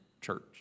church